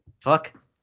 Fuck